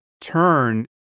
turn